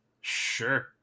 sure